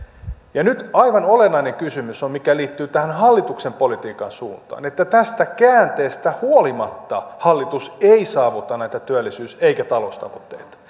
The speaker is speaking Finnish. nyt aivan olennainen kysymys on mikä liittyy tähän hallituksen politiikan suuntaan että tästä käänteestä huolimatta hallitus ei saavuta näitä työllisyys ja taloustavoitteita